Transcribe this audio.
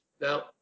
now